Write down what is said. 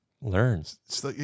Learns